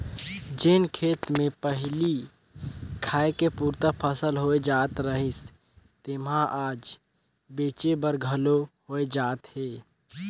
जेन खेत मे पहिली खाए के पुरता फसल होए जात रहिस तेम्हा आज बेंचे बर घलो होए जात हे